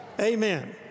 Amen